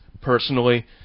personally